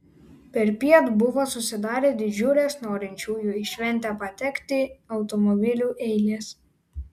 perpiet buvo susidarę didžiulės norinčiųjų į šventę patekti automobiliu eilės